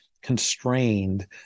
constrained